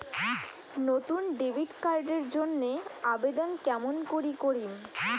নতুন debit card এর জন্যে আবেদন কেমন করি করিম?